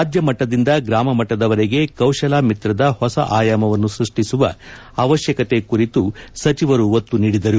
ರಾಜ್ಯ ಮಟ್ಟದಿಂದ ಗ್ರಾಮ ಮಟ್ಟದವರೆಗೆ ಕೌಶಲ ಮಿತ್ರದ ಹೊಸ ಆಯಾಮವನ್ನು ಸೃಷ್ವಿಸುವ ಅವಶ್ಯಕತೆ ಕುರಿತು ಸಚಿವರು ಒತ್ತು ನೀಡಿದರು